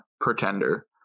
pretender